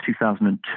2002